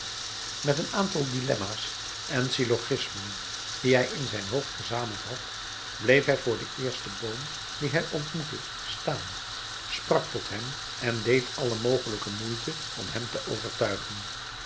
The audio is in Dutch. met een aantal dilemma's en syllogismen die hij in zijn hoofd verzameld had bleef hij voor den eersten boom dien hij ontmoette staan sprak tot hem en deed alle mogelijke moeite om hem te overtuigen